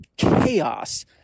Chaos